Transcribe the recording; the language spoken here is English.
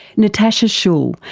natasha schull,